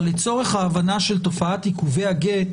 אבל לצורך ההבנה של תופעת עיכובי הגט